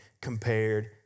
compared